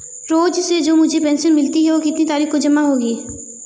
रोज़ से जो मुझे पेंशन मिलती है वह कितनी तारीख को जमा होगी?